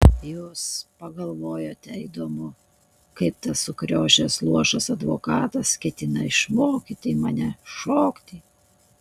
jūs pagalvojote įdomu kaip tas sukriošęs luošas advokatas ketina išmokyti mane šokti